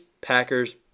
Packers